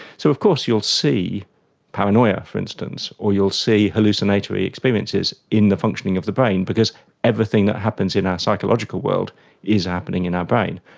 so of course you will see paranoia, for instance, or you will see hallucinatory experiences in the functioning of the brain because everything that happens in our psychological world is happening in our brain.